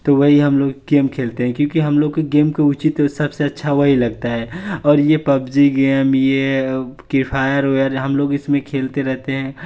तो वही हम लोग गेम खेलते हैं क्योंकि हम लोग गेम को उचित सबसे अच्छा वही लगता है और यह पब्जी गेम यह फ़्री फायर वगैरह हम लोग इसमे खेलते रहते हैं